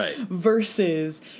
versus